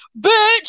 bitch